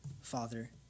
Father